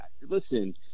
Listen